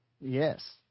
Yes